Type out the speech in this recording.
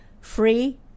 Free